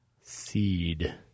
Seed